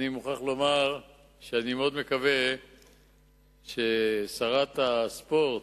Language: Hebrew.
אני מוכרח לומר שאני מאוד מקווה ששרת הספורט,